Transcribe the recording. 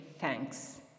thanks